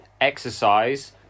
exercise